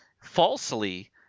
falsely